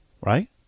right